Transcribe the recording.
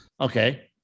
Okay